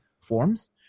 forms